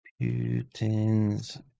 Putin's